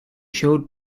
showed